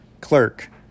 clerk